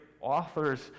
authors